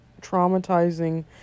traumatizing